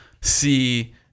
see